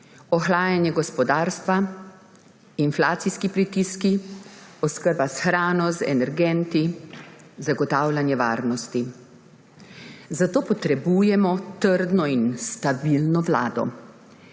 Ohlajanje gospodarstva, inflacijski pritiski, oskrba s hrano, z energenti, zagotavljanje varnosti. Zato potrebujemo trdno in stabilno vlado,